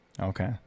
Okay